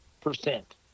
percent